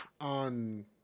on